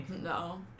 No